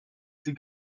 sie